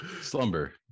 slumber